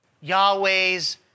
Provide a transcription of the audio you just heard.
Yahweh's